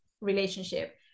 relationship